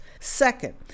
Second